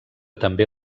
també